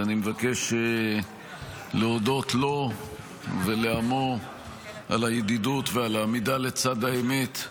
ואני מבקש להודות לו ולעמו על הידידות ועל העמידה לצד האמת,